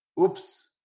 Oops